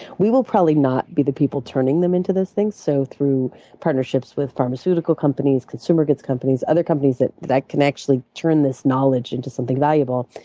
we will probably not be the people turning them into those things, so through partnerships with pharmaceutical companies, consumer goods companies, other companies that that can turn this knowledge into something valuable.